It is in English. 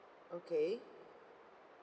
okay